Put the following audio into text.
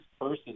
person